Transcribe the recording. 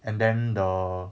and then the